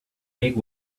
make